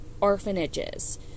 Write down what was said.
orphanages